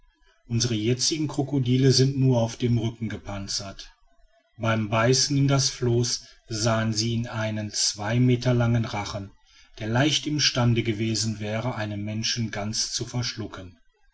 unsere jetzigen krokodile sind nur auf dem rücken gepanzert beim beißen in das floß sahen sie in einem zwei meter langen rachen der leicht im stande gewesen wäre einen menschen ganz zu verschlucken